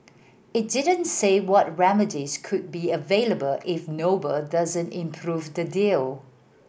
it didn't say what remedies could be available if Noble doesn't improve the deal